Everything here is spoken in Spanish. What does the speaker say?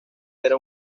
era